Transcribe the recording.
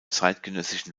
zeitgenössischen